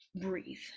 breathe